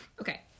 Okay